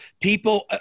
People